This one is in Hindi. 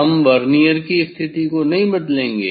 हम वर्नियर की स्थिति को नहीं बदलेंगे